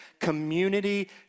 Community